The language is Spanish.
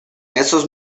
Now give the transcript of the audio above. esos